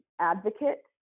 advocate